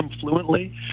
fluently